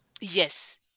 Yes